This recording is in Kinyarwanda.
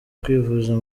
kwivuza